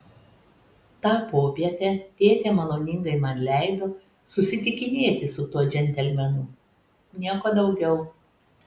tą popietę tėtė maloningai man leido susitikinėti su tuo džentelmenu nieko daugiau